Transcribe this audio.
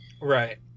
right